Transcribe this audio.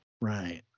Right